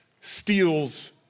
steals